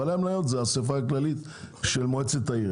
ובעלי המניות זה האסיפה הכללית של מועצת העיר.